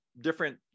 different